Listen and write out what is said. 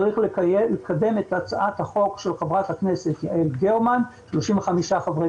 צריך לקדם את הצעת החוק של חברת הכנסת יעל גרמן ש-35 חברי